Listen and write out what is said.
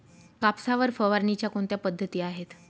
कापसावर फवारणीच्या कोणत्या पद्धती आहेत?